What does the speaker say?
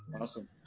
Awesome